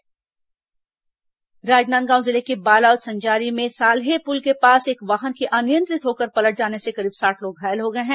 दुर्घटना राजनांदगांव जिले के बालोद संजारी में साल्हे पुल के पास एक वाहन के अनियंत्रित होकर पलट जाने से करीब साठ लोग घायल हो गए हैं